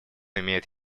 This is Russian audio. имеет